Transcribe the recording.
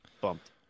Bumped